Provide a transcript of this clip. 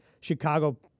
Chicago